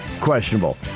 questionable